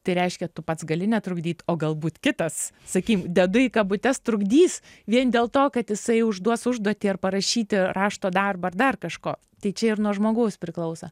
tai reiškia tu pats gali netrukdyt o galbūt kitas sakym dedu į kabutes trukdys vien dėl to kad jisai užduos užduotį ar parašyti rašto darbą ar dar kažko tai čia ir nuo žmogaus priklauso